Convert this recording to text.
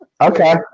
Okay